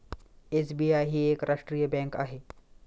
SBI ही एक राष्ट्रीय बँक आहे